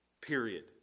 Period